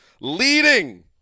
leading